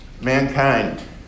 mankind